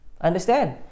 understand